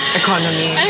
economy